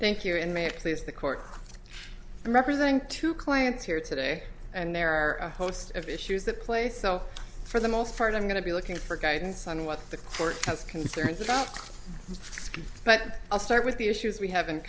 thank you and may it please the court representing two clients here today and there are a host of issues that play so for the most part i'm going to be looking for guidance on what the court has concerns about but i'll start with the issues we have in